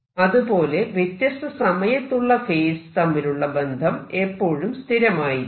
അതുപോലെ വ്യത്യസ്ത സമയത്തുള്ള ഫേസ് തമ്മിലുള്ള ബന്ധം എപ്പോഴും സ്ഥിരമായിരിക്കും